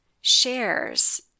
shares